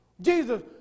Jesus